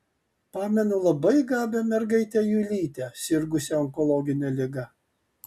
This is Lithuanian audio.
pamenu labai gabią mergaitę julytę sirgusią onkologine liga